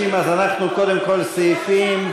48, 57 מתנגדים.